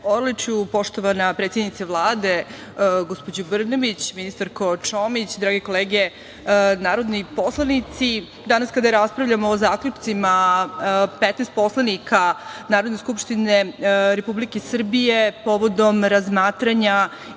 Orliću, poštovana predsednice Vlade, gospođo Brnabić, ministarko Čomić, drage kolege narodni poslanici, danas kada raspravljamo o zaključcima 15 poslanika Narodne skupštine Republike Srbije povodom razmatranja